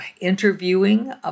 interviewing